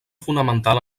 fonamental